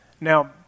Now